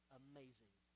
amazing